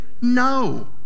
No